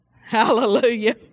Hallelujah